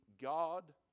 God